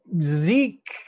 Zeke